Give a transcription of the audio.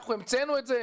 אנחנו המצאנו את זה?